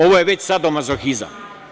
Ovo je već sadomazohizam.